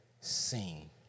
sing